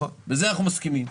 בזה אנחנו מסכימים.